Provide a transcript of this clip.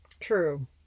True